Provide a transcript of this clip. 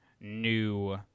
new